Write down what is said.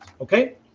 okay